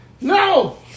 No